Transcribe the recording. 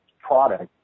product